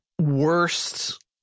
worst